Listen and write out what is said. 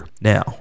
Now